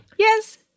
Yes